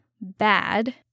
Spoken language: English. bad